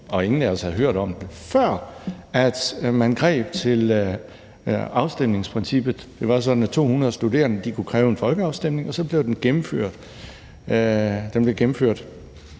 og ingen af os havde hørt om den, før man greb til afstemningsprincippet. Det var sådan, at 200 studerende kunne kræve en afstemning, og så blev den gennemført.